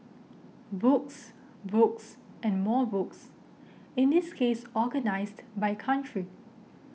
books books and more books in this case organised by country